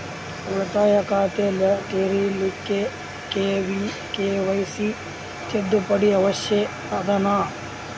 ಉಳಿತಾಯ ಖಾತೆ ತೆರಿಲಿಕ್ಕೆ ಕೆ.ವೈ.ಸಿ ತಿದ್ದುಪಡಿ ಅವಶ್ಯ ಅದನಾ?